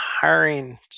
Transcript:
hiring